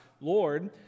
Lord